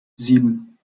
sieben